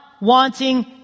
wanting